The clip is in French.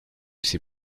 ses